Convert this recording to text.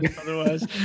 Otherwise